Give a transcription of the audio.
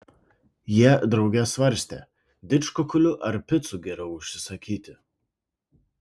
jie drauge svarstė didžkukulių ar picų geriau užsisakyti